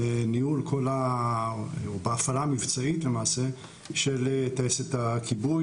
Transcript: בניהול ובהפעלה המבצעית למעשה של טייסת הכיבוי,